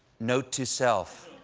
note to self